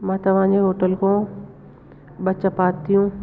मां तव्हांजे होटल खां ॿ चपातियूं